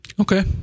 Okay